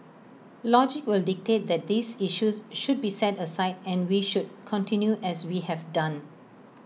logic will dictate that these issues should be set aside and we should continue as we have done